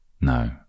No